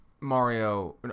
Mario